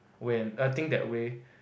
when I think that way